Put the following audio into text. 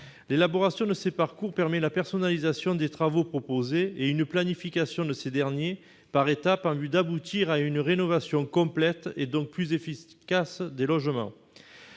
L'élaboration de ces parcours permet la personnalisation des travaux proposés et une planification de ces derniers par étapes en vue d'aboutir à une rénovation complète, et donc plus efficace des logements.